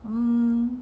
um